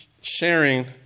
sharing